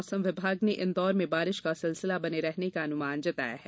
मौसम विभाग ने इन्दौर में बारिश का सिलसिला बने रहने का अनुमान जताया है